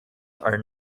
are